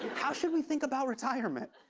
how should we think about retirement?